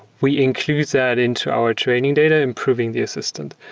we include that into our training data improving the assistant?